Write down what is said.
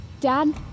Dad